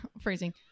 Phrasing